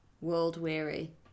world-weary